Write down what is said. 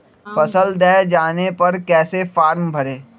फसल दह जाने पर कैसे फॉर्म भरे?